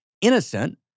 innocent